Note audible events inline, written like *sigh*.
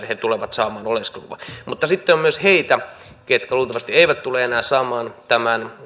*unintelligible* he tulevat saamaan oleskeluluvan mutta sitten on myös heitä ketkä luultavasti eivät tule enää saamaan tämän